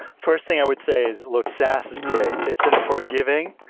first thing i would say is, look, sass is great. it's an forgiving,